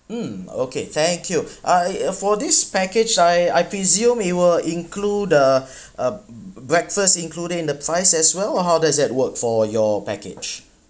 mm okay thank you ah eh uh for this package I I presume it will include a a bre~ breakfast included in the price as well or how does that work for your package